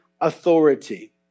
authority